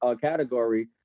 category